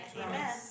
Amen